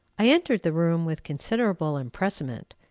i entered the room with considerable empressement,